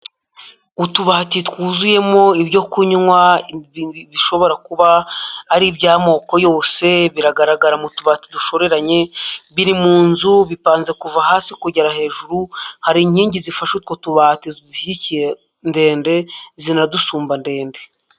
Utubati twuzuyemo ibyo kunywa bishobora kuba ari iby'amoko yose biragaragara mu tubati dushoreranye, biri mu nzu bipanze kuva hasi kugera hejuru, hari inkingi zifashe utwo tubati zishyigikiye ndende, zinadusumba ndende.